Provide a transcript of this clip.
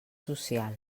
social